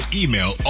email